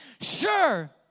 Sure